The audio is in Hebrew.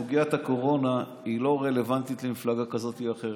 סוגיית הקורונה היא לא רלוונטית למפלגה זו או אחרת.